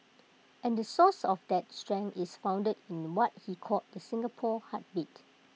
and the source of that strength is founded in what he called the Singapore heartbeat